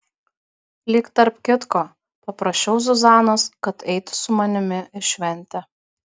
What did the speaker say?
lyg tarp kitko paprašiau zuzanos kad eitų su manimi į šventę